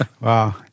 Wow